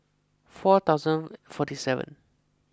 four thousand forty seven